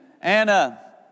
Anna